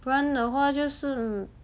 不然的话就是